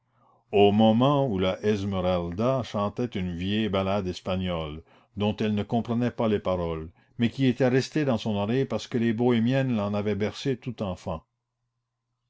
au moment où la esmeralda chantait une vieille ballade espagnole dont elle ne comprenait pas les paroles mais qui était restée dans son oreille parce que les bohémiennes l'en avaient bercée tout enfant